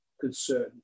concern